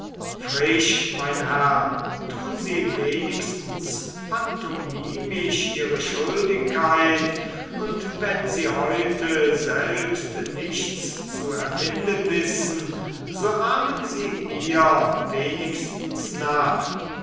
frisch mein herr tun sie wenigstens pantomimisch ihre schuldigkeit und wenn sie heute selbst nichts zu erfinden wissen so ahmen sie mir wenigstens nach